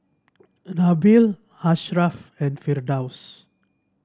a Nabil Ashraff and Firdaus